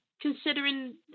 considering